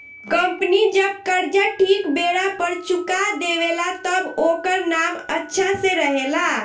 company जब कर्जा ठीक बेरा पर चुका देवे ला तब ओकर नाम अच्छा से रहेला